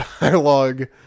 dialogue